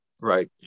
Right